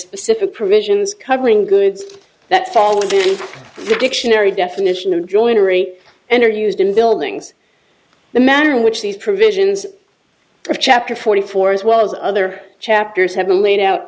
specific provisions covering goods that fall within the dictionary definition of joinery and are used in buildings the manner in which these provisions of chapter forty four as well as other chapters have been laid out